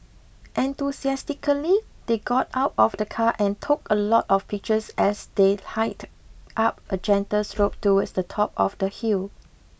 enthusiastically they got out of the car and took a lot of pictures as they hiked up a gentle slope towards the top of the hill